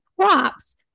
crops